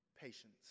patience